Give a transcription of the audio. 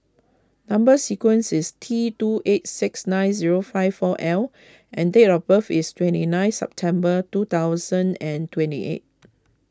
Number Sequence is T two eight six nine zero five four L and date of birth is twenty ninth September two thousand and twenty eight